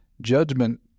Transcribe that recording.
Judgment